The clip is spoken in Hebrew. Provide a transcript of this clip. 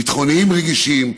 ביטחוניים רגישים,